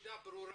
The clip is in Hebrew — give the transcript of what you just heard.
הנקודה ברורה.